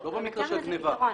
לא במקרה של גניבה.